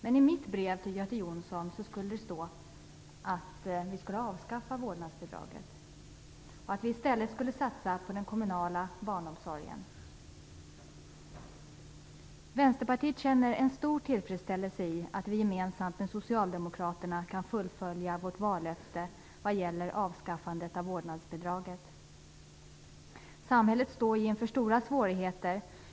Men i mitt brev till Göte Jonsson skulle det stå att vi skall avskaffa vårdnadsbidraget och i stället satsa på den kommunala barnomsorgen. Vänsterpartiet känner en stor tillfredsställelse i att vi gemensamt med Socialdemokraterna kan fullfölja vårt vallöfte vad gäller avskaffandet av vårdnadsbidraget. Samhället står inför stora svårigheter.